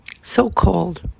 So-called